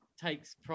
takes